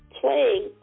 playing